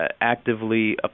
actively